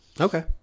Okay